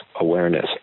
awareness